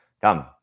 Come